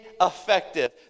effective